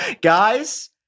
guys